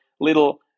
little